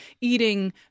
eating